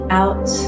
out